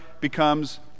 becomes